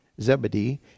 Zebedee